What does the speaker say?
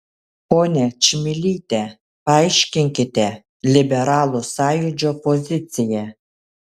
ponia čmilyte paaiškinkite liberalų sąjūdžio poziciją